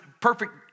perfect